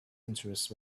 interest